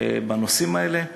בנושאים האלה,